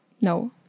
no